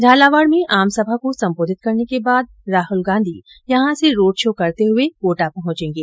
झालावाड़ में आमसभा को सम्बोधित करने के बाद राहुल गाँधी यहां से रोड़ शो करते हुए कोटा पहूँचेंगे